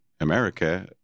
America